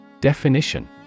Definition